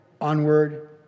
onward